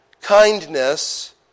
kindness